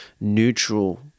neutral